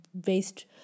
based